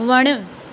वण